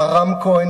מר רם כהן,